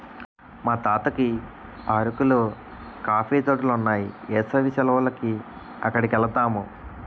మా దద్దకి అరకులో కాఫీ తోటలున్నాయి ఏసవి సెలవులకి అక్కడికెలతాము